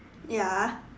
ya